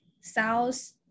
south